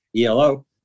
ELO